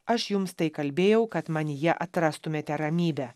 aš jums tai kalbėjau kad manyje atrastumėte ramybę